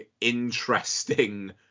interesting